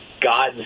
God